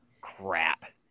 crap